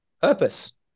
purpose